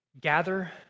Gather